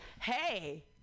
hey